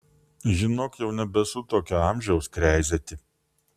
žinok jau nebesu tokio amžiaus kreizėti